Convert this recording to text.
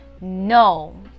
No